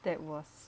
that was